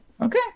Okay